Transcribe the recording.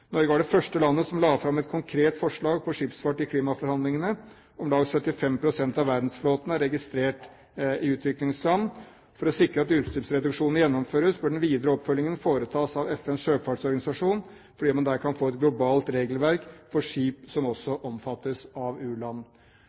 Norge var det første landet som la fram et konkret forslag på skipsfart i klimaforhandlingene. Om lag 75 pst. av verdensflåten er registrert i utviklingsland. For å sikre at utslippsreduksjonene gjennomføres, bør den videre oppfølgingen foretas av FNs sjøfartsorganisasjon, fordi man der kan få et globalt regelverk for skip som også omfattes av